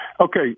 Okay